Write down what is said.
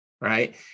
right